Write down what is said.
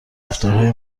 رفتارهای